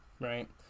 right